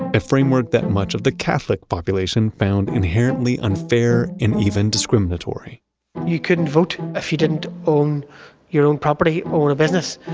a framework, that much of the catholic population found inherently unfair and even discriminatory you couldn't vote if you didn't own your own property or business,